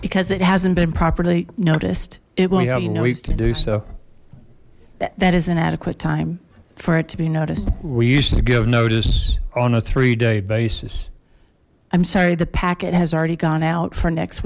because it hasn't been properly noticed it won't waste to do so that is an adequate time for it to be noticed we used to give notice on a three day basis i'm sorry the packet has already gone out for next